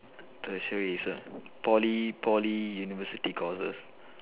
Tertiary is what Poly Poly university courses